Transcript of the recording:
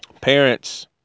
parents